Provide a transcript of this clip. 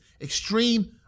extreme